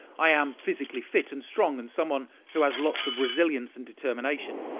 i am physically fit and strong and someone who has lots of resilience and determination.